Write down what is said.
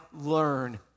learn